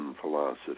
philosophy